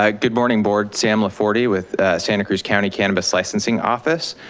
ah good morning board, sam loforti with santa cruz county cannabis licensing office,